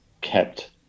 kept